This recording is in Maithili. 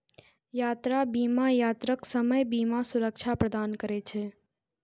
यात्रा बीमा यात्राक समय बीमा सुरक्षा प्रदान करै छै